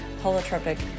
holotropic